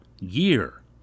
year